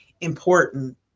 important